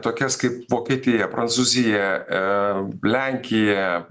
tokias kaip vokietija prancūzijalenkija